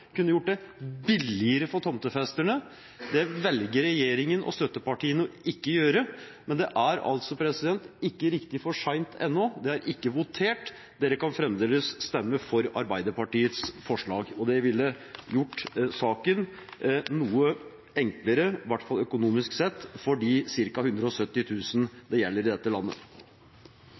kunne gjort det billigere for tomtefesterne. Det velger regjeringen og støttepartiene ikke å gjøre. Men det er altså ikke riktig for sent ennå. Det er ikke votert, dere kan fremdeles stemme for Arbeiderpartiets forslag. Det ville gjort saken noe enklere, i hvert fall økonomisk sett, for de